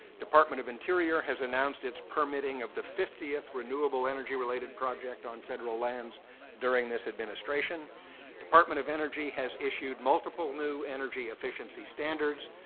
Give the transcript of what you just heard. department of interior has announced its permitting of the fiftieth renewable energy related project on federal lands during this administration. the department of energy has issued multiple new energy efficiency standards.